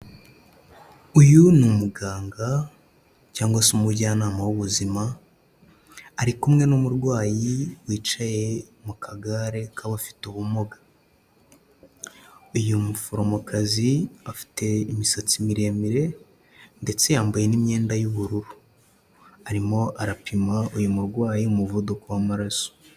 Uyu ni umuganga cyangwa se umujyanama w'ubuzima, ari kumwe n'umurwayi wicaye mu kagare k'abafite ubumuga. Uyu muforomokazi afite imisatsi miremire ndetse yambaye n'imyenda y'ubururu. Arimo arapima uyu murwayi umuvuduko w'amaraso.